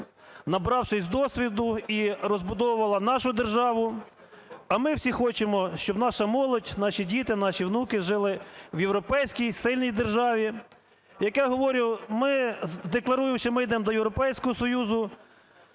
набравшись досвіду, і розбудовувала нашу державу, а ми всі хочемо, щоб наша молодь, наші діти, наші внуки жили в європейській сильній державі. Як я говорю, ми, декларуємо, що ми йдемо до Європейського Союзу,